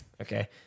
Okay